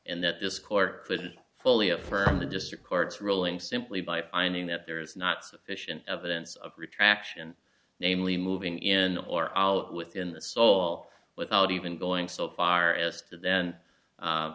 and that this court could fully affirm the district court's ruling simply by finding that there is not sufficient evidence of retraction namely moving in or out within the soul without even going so far as to then